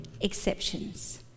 exceptions